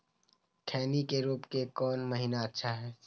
खैनी के रोप के कौन महीना अच्छा है?